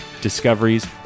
discoveries